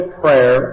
prayer